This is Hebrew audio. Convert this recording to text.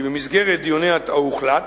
או הוחלט,